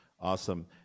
Awesome